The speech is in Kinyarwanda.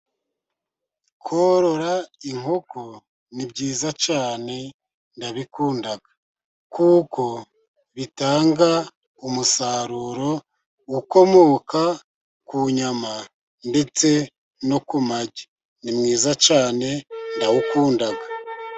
Korora inkoko ni byiza cyane ndabikunda. Kuko bitanga umusaruro ukomoka ku nyama, ndetse no ku magi. Ni mwiza cyane ndawukunda.